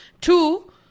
Two